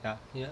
ya ya